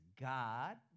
God